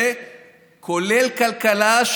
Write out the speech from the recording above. וכולל כלכלה.